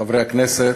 חברי הכנסת,